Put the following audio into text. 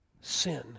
Sin